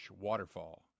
waterfall